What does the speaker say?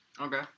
Okay